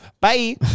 Bye